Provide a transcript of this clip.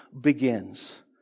begins